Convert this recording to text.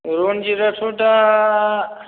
रनजितआथ' दा